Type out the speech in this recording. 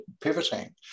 pivoting